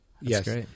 yes